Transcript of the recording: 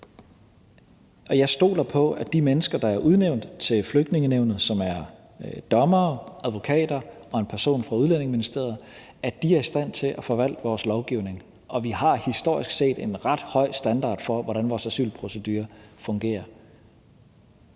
jeg stoler på, at de mennesker, der er udnævnt til Flygtningenævnet, som er dommere, advokater og en person fra Udlændingeministeriet, er i stand til at forvalte vores lovgivning. Og vi har historisk set en ret høj standard for, hvordan vores asylprocedure fungerer.